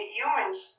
humans